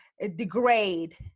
degrade